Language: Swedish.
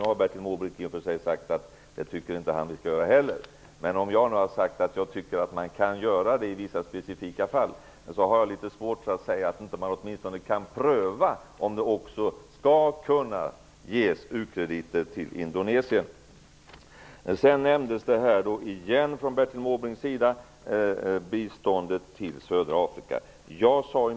Nu har i och för sig Bertil Måbrink sagt att han inte tycker att vi skall göra det heller. Eftersom jag nu har sagt att jag tycker att man kan göra det i vissa specifika fall har jag litet svårt att förstå varför man inte åtminstone skulle kunna pröva om det också skall kunna ges ukrediter till Indonesien. Bertil Måbrink nämnde biståndet till södra Afrika igen.